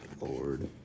Lord